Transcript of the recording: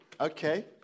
Okay